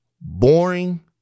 boring